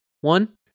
one